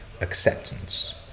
acceptance